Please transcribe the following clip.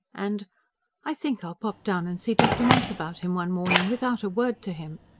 and i think i'll pop down and see dr. munce about him one morning, without a word to him,